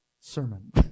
sermon